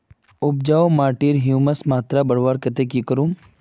उपजाऊ माटिर ह्यूमस मात्रा बढ़वार केते की करूम?